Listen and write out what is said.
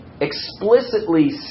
explicitly